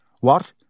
What